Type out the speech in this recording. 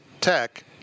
Tech